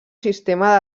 sistema